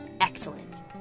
Excellent